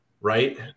right